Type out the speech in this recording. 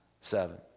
seven